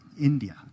India